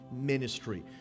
ministry